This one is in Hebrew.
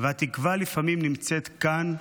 ולפעמים התקווה נמצאת כאן,